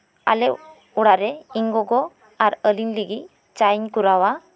ᱟᱞᱮ ᱚᱲᱟᱜ ᱨᱮ ᱤᱧ ᱜᱚᱜᱚ ᱟᱨ ᱟᱞᱤᱧ ᱞᱟᱜᱤᱜ ᱪᱟᱧ ᱠᱚᱨᱟᱣᱟ